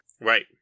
Right